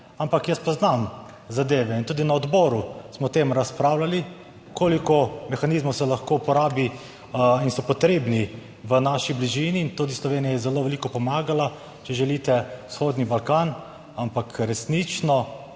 Ampak jaz poznam zadeve in tudi na odboru smo o tem razpravljali, koliko mehanizmov se lahko uporabi in so potrebni v naši bližini. In tudi Slovenija je zelo veliko pomagala, če želite, Vzhodni Balkan. Ampak resnično